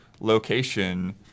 location